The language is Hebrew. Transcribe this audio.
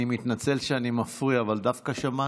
אני מתנצל שאני מפריע, אבל דווקא שמעתי.